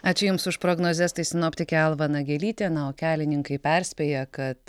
ačiū jums už prognozes tai sinoptikė alva nagelytė na o kelininkai perspėja kad